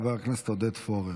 חבר הכנסת עודד פורר,